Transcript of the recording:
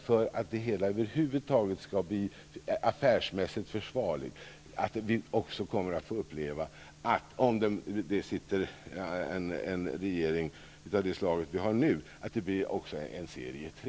För att det hela skall bli affärsmässigt försvarligt är det sannolikt, om det sitter en regering av det slag vi har nu, att det kommer att bli en serie 3.